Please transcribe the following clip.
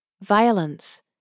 violence